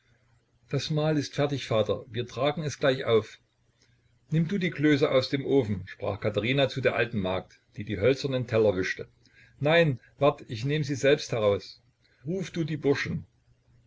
das mahl ist fertig vater wir tragen es gleich auf nimm du die klöße aus dem ofen sprach katherina zu der alten magd die die hölzernen teller wischte nein wart ich nehm sie selbst heraus ruf du die burschen